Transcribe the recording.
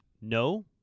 no